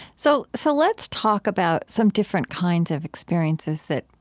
so so let's talk about some different kinds of experiences that,